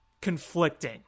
conflicting